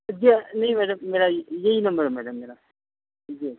جی نہیں میڈم میرا یہی نمبر ہے میڈم میرا جی